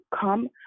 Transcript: come